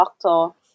doctor